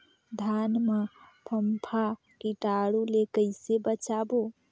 धान मां फम्फा कीटाणु ले कइसे बचाबो?